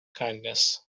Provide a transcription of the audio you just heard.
kindness